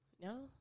no